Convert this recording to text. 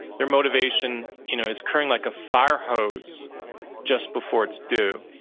their motivation, you know is carrying like a fire hose just before it's due.